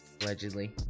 allegedly